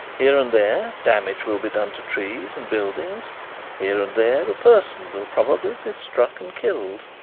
here and there damage will be done to trees and buildings here and there a person will probably be struck and killed.